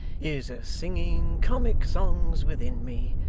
is a-singing comic songs within me,